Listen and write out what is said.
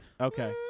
Okay